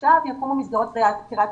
עכשיו יקומו מסגרות פיראטיות.